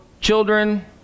children